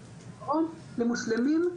--- למוסלמים,